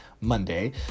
Monday